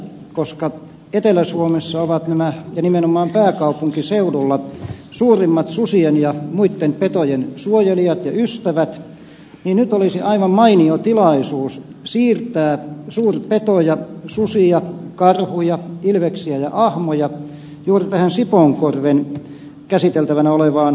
koska etelä suomessa ja nimenomaan pääkaupunkiseudulla ovat nämä suurimmat susien ja muitten petojen suojelijat ja ystävät niin nyt olisi aivan mainio tilaisuus siirtää suurpetoja susia karhuja ilveksiä ja ahmoja juuri tähän käsiteltävänä olevaan sipoonkorven kansallispuistoon